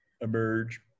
Emerge